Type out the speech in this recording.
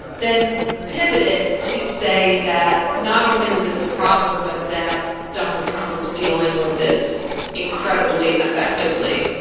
then pivoted to say that not only was this a problem, but that donald trump was dealing with this incredibly effectively.